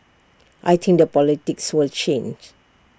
I think the politics will change